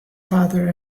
father